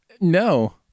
No